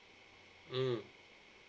mm